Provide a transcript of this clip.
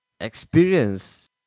experience